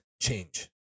change